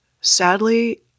sadly